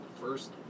first